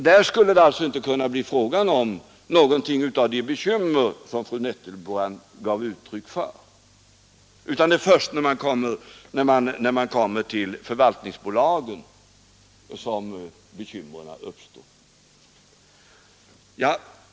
Där skulle det alltså inte kunna bli fråga om någonting av de bekymmer som fru Nettelbrandt gav uttryck för, utan det är först när man kommer till förvaltningsbolagen som bekymren uppstår.